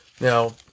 Now